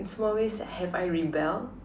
in small ways have I rebelled